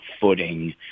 footing